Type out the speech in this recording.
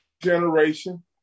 generation